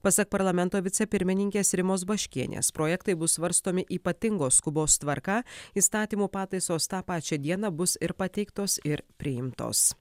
pasak parlamento vicepirmininkės rimos baškienės projektai bus svarstomi ypatingos skubos tvarka įstatymo pataisos tą pačią dieną bus ir pateiktos ir priimtos